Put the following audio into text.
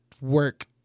work